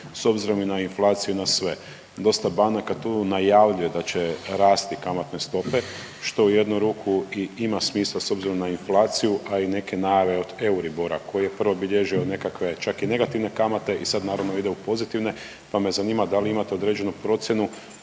s obzirom na inflaciju i na sve. Dosta banaka tu najavljuje da će rasti kamatne stope što u jednu ruku i ima smisla na inflaciju a i neke najave od Euribora koji je prvo bilježio nekakve čak i negativne kamate i sad naravno ide u pozitivne, pa me zanima da li imate određenu procjenu